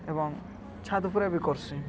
ଏବଂ ଛାତ୍ ଉପ୍ରେ ବି କର୍ସିଁ